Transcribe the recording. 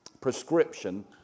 Prescription